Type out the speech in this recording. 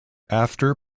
after